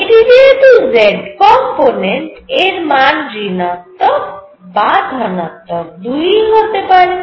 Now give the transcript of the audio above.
এটি যেহেতু z component এর মান ঋণাত্মক বা ধনাত্মক দুইই হতে পারে